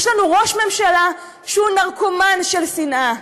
יש לנו ראש ממשלה שהוא נרקומן של שנאה,